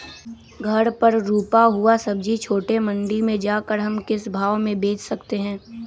घर पर रूपा हुआ सब्जी छोटे मंडी में जाकर हम किस भाव में भेज सकते हैं?